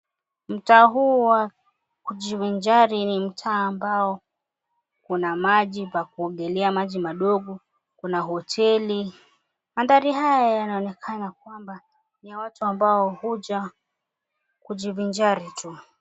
Mtaa huu wa kujivinjari ni mtaa ambao kuna maji pakuogelea, maji madogo. Kuna hoteli. Maandhari haya yanaonekana kwamba ni ya watu ambao huja kujivinjari tu.